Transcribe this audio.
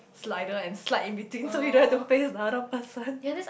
slider and slide in between so you don't have to face the other person